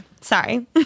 sorry